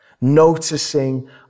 noticing